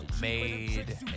made